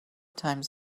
times